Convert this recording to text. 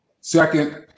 Second